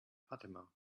fatima